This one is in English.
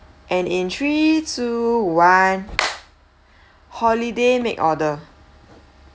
and in three two one holiday make order